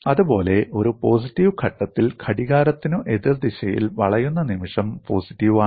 അതുപോലെ ഒരു പോസിറ്റീവ് ഘട്ടത്തിൽ ഘടികാരത്തിനു എതിർദിശയിൽ വളയുന്ന നിമിഷം പോസിറ്റീവ് ആണ്